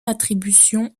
attribution